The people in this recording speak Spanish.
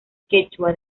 quechua